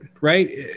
right